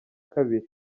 kabiri